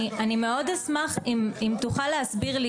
אני מאוד אשמח אם תוכל להסביר לי,